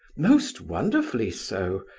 most wonderfully so,